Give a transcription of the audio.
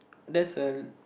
that's a